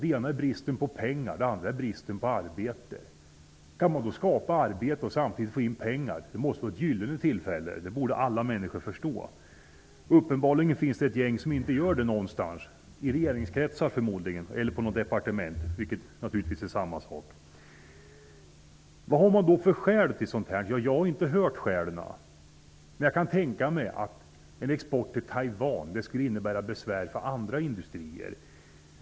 Det ena är bristen på pengar och det andra är bristen på arbete. Om man kan skapa arbete och samtidigt få in pengar, måste det vara ett gyllene tillfälle. Det borde alla människor förstå. Uppenbarligen finns det ett gäng, förmodligen i regeringskretsar -- eller på något departement, vilket naturligtvis är samma sak -- som inte gör det. Vad är då skälen till sådana ställningstaganden. Jag har inte hört skälen, men jag kan tänka mig att en export till Taiwan skulle innebära problem för andra industrier.